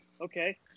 okay